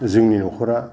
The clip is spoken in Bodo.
जोंनि न'खरा